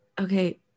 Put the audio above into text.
Okay